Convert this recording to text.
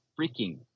freaking